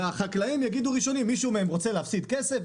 הרי מישהו מהחקלאים רוצה להפסיד כסף?